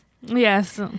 Yes